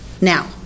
Now